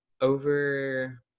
over